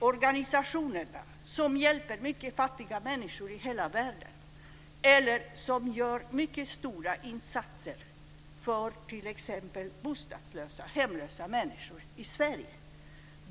organisationer som hjälper fattiga människor i hela världen eller gör mycket stora insatser för t.ex. hemlösa människor i Sverige.